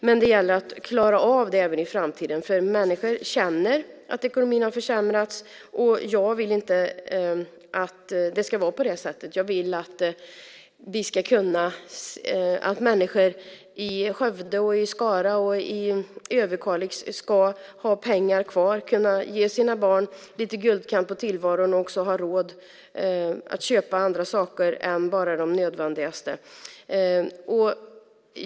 Men det gäller att klara av det även i framtiden. Människor känner att ekonomin har försämrats, och jag vill inte att det ska vara på det sättet. Jag vill att människor i Skövde, i Skara och i Överkalix ska ha pengar kvar, kunna ge sina barn lite guldkant på tillvaron och ha råd att köpa andra saker än bara de nödvändigaste.